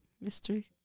mystery